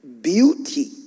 beauty